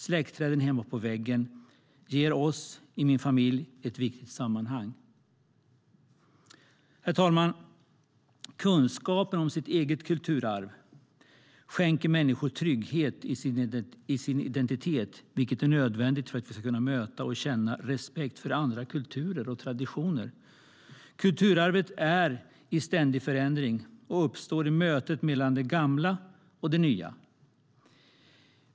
Släktträden hemma på väggen ger oss i min familj ett viktigt sammanhang. Herr talman! Kunskapen om det egna kulturarvet skänker människor trygghet i deras identitet, vilket är nödvändigt för att vi ska kunna möta och känna respekt för andra kulturer och traditioner. Kulturarvet är i ständig förändring och uppstår i mötet mellan det gamla och det nya.